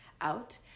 out